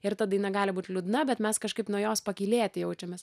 ir ta daina gali būt liūdna bet mes kažkaip nuo jos pakylėti jaučiamės